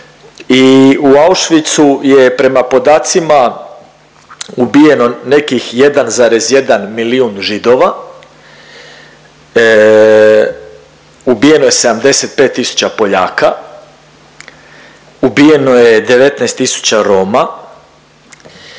u Auschwitzu je prema podacima ubijeno nekih 1,1 milijun Židova, ubijeno je 75 tisuća Poljaka, ubijeno je 19 tisuća Roma